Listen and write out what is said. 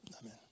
amen